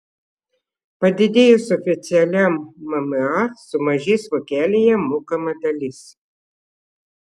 padidėjus oficialiam mma sumažės vokelyje mokama dalis